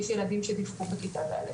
יש ילדים שדיווחו בכיתה ד'.